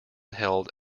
held